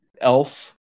Elf